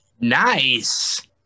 nice